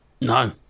No